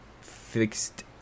fixed